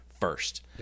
first